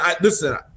listen